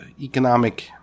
economic